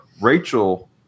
Rachel